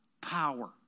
power